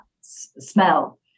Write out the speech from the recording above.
smell